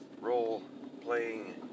role-playing